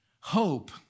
hope